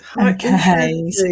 Okay